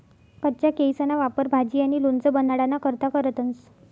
कच्चा केयीसना वापर भाजी आणि लोणचं बनाडाना करता करतंस